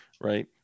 right